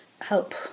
help